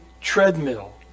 treadmill